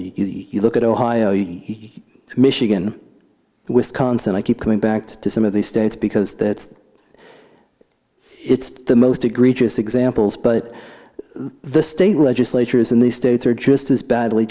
you look at ohio you see michigan wisconsin i keep coming back to to some of these states because that's it's the most egregious examples but the state legislatures in the states are just as badly